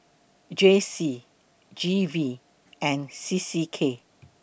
J C G V and C C K